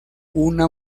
una